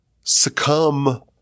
succumb